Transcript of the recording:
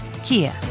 Kia